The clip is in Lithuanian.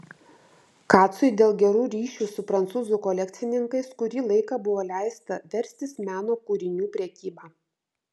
kacui dėl gerų ryšių su prancūzų kolekcininkais kurį laiką buvo leista verstis meno kūrinių prekyba